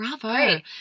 bravo